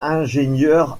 ingénieur